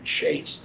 Chase